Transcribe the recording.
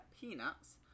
Peanuts